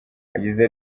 yagize